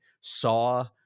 Saw